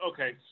Okay